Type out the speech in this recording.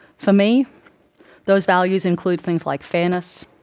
for me those values include things like fairness,